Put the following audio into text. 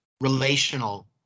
relational